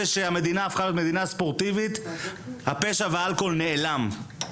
שהיא הפכה להיות מדינה ספורטיבית הפשע והאלכוהול נעלמו.